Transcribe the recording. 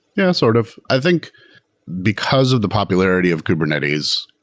yeah, sort of. i think because of the popularity of kubernetes,